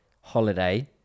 holiday